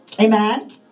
Amen